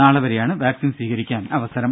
നാളെ വരെയാണ് വാക്സിൻ സ്വീകരിക്കാൻ അവസരം